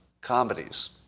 comedies